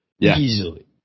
Easily